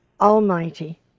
Almighty